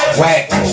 whack